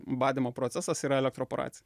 badymo procesas yra elektroporacija